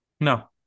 No